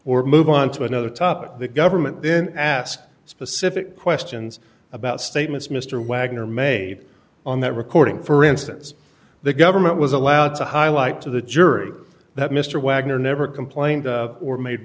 or move on to another topic the government then asked specific questions about statements mr wagner made on that recording for instance the government was allowed to highlight to the jury that mr wagner never complained or made